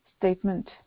statement